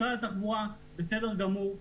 משרד התחבורה בסדר גמור,